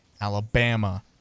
alabama